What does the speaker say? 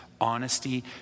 honesty